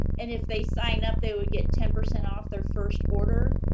and if they sign up, they would get ten percent off their first order.